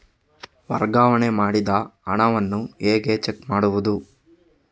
ವರ್ಗಾವಣೆ ಮಾಡಿದ ಹಣವನ್ನು ಹೇಗೆ ಚೆಕ್ ಮಾಡುವುದು?